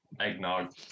eggnog